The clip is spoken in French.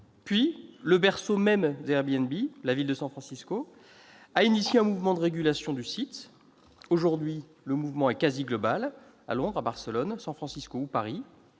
Puis le berceau même d'Airbnb, la ville de San Francisco, a engagé un mouvement de régulation du site. Aujourd'hui, le mouvement est quasi global : à Londres, à Barcelone, à San Francisco ou à Paris,